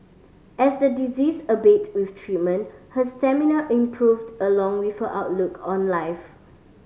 as the disease abated with treatment her stamina improved along with her outlook on life